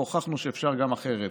והוכחנו שאפשר גם אחרת.